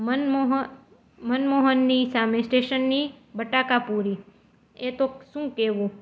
મનમોહ મનમોહનની સામે સ્ટેશનની બટાકા પૂરી એ તો શું કેવું